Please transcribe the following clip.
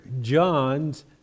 John's